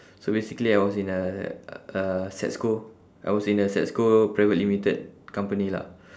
so basically I was in a uh SETSCO I was in a SETSCO private limited company lah